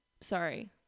Sorry